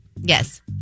Yes